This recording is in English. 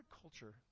culture